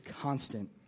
constant